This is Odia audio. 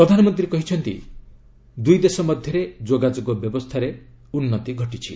ପ୍ରଧାନମନ୍ତ୍ରୀ କହିଛନ୍ତି ଦୁଇ ଦେଶ ମଧ୍ୟରେ ଯୋଗାଯୋଗ ବ୍ୟବସ୍ଥାରେ ଉନ୍ନତି ଘଟିଛି